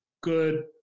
good